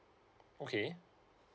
okay